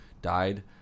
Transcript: Died